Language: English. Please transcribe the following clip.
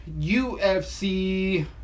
UFC